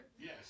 Yes